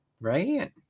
right